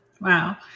Wow